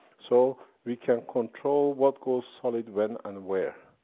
so we can control, what goes solid, when and where.